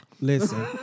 listen